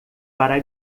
para